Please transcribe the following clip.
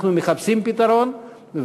אנחנו מחפשים פתרון,